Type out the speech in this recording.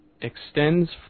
extends